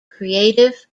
creative